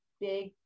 big